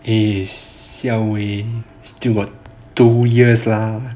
eh siao eh still got two years lah